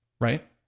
Right